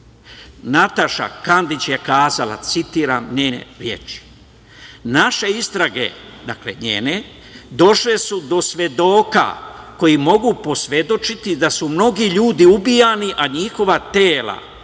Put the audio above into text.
Nataša Kandić je kazala, citiram njene reči: „Naše istrage“, dakle njene, „došle su do svedoka koji mogu posvedočiti da su mnogi ljudi ubijani, a njihova tela